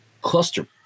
cluster